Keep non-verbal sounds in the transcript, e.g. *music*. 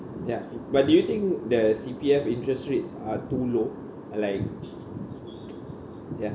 ya but do you think the C_P_F interest rates are too low uh like *noise* ya